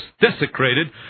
desecrated